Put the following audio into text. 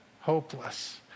hopeless